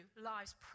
lives